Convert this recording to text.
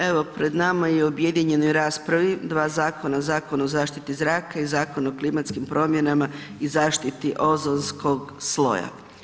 Evo pred nama je u objedinjenoj raspravi dva zakona, Zakon o zaštiti zraka i Zakon o klimatskim promjenama i zaštiti ozonskog sloja.